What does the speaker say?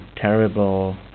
terrible